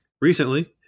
Recently